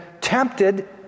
tempted